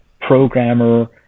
programmer